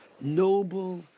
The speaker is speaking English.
noble